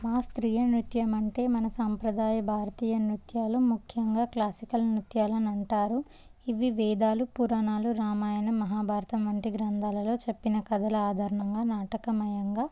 మా స్వీయ నృత్యం అంటే మన సాంప్రదాయ భారతీయ నృత్యాలు ముఖ్యంగా క్లాసికల్ నృత్యాలని అంటారు ఇవి వేదాలు పురాణాలు రామాయణ మహాభారతం వంటి గ్రంథాలలో చెప్పిన కథల ఆదారణంగా నాటకమయంగా